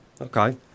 Okay